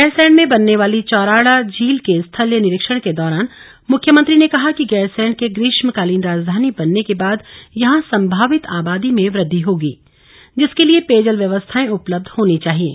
गैरसैंण में बनने वाली चौराड़ा झील के स्थलीय निरीक्षण के दौरान मुख्यमंत्री ने कहा कि गैरसैंण के ग्रीष्मकालीन राजधानी बनने के बाद यहां संभावित आबादी में वृद्धि होगी जिसके लिए पेयजल व्यवस्थांए उपलब्ध होनी चाहिये